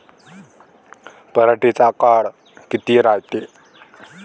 पराटीचा काळ किती रायते?